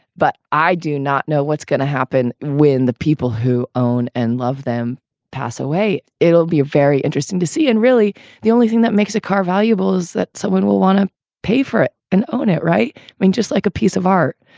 but i do not know what's going to happen when the people who own and love them pass away. it'll be very interesting to see. and really the only thing that makes a car valuables that someone will want to pay for it and own it. right. i mean, just like a piece of art.